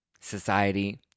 society